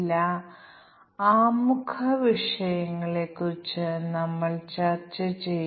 ഞങ്ങൾ പ്രത്യേക മൂല്യ പരിശോധന കേസുകൾ പരിശോധിച്ചു